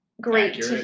great